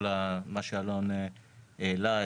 כל מה שאלון העלה,